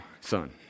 son